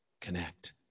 connect